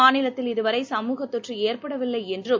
மாநிலத்தில் இதுவரை சமூகத் தொற்றுஏற்படவில்லைஎன்றும்